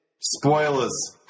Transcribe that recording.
Spoilers